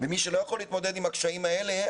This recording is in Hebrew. ומי שלא יכול להתמודד עם הקשיים האלה,